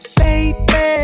baby